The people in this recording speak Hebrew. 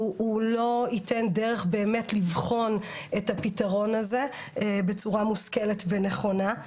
לא ייתן דרך באמת לבחון את הפתרון הזה בצורה מושכלת ונכונה.